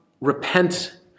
repent